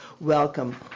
welcome